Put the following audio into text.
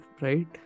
right